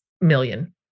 million